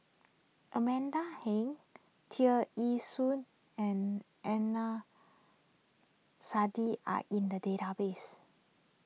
Amanda Heng Tear Ee Soon and Adnan Saidi are in the database